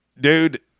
dude